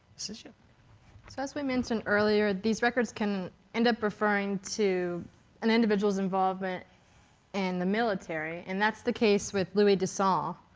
you know as we mentioned earlier, these records can end up referring to an individual's involvement in the military. and that's the case with louis de saules.